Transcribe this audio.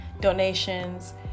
donations